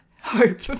hope